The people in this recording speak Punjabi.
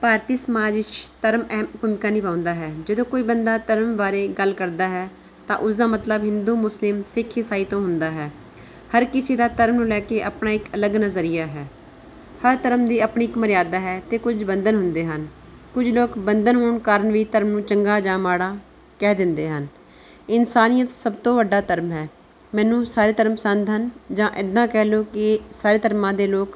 ਭਾਰਤੀ ਸਮਾਜ ਵਿੱਚ ਧਰਮ ਅਹਿਮ ਭੂਮਿਕਾ ਨਿਭਾਉਂਦਾ ਹੈ ਜਦੋਂ ਕੋਈ ਬੰਦਾ ਧਰਮ ਬਾਰੇ ਗੱਲ ਕਰਦਾ ਹੈ ਤਾਂ ਉਸ ਦਾ ਮਤਲਬ ਹਿੰਦੂ ਮੁਸਲਿਮ ਸਿੱਖ ਇਸਾਈ ਤੋਂ ਹੁੰਦਾ ਹੈ ਹਰ ਕਿਸੇ ਦਾ ਧਰਮ ਨੂੰ ਲੈ ਕੇ ਆਪਣਾ ਇੱਕ ਅਲੱਗ ਨਜ਼ਰੀਆ ਹੈ ਹਰ ਧਰਮ ਦੀ ਆਪਣੀ ਇੱਕ ਮਰਿਆਦਾ ਹੈ ਅਤੇ ਕੁਝ ਬੰਧਨ ਹੁੰਦੇ ਹਨ ਕੁਝ ਲੋਕ ਬੰਧਨ ਹੋਣ ਕਾਰਨ ਵੀ ਧਰਮ ਨੂੰ ਚੰਗਾ ਜਾਂ ਮਾੜਾ ਕਹਿ ਦਿੰਦੇ ਹਨ ਇਨਸਾਨੀਅਤ ਸਭ ਤੋਂ ਵੱਡਾ ਧਰਮ ਹੈ ਮੈਨੂੰ ਸਾਰੇ ਧਰਮ ਪਸੰਦ ਹਨ ਜਾਂ ਇੱਦਾਂ ਕਹਿ ਲਉ ਕਿ ਸਾਰੇ ਧਰਮਾਂ ਦੇ ਲੋਕ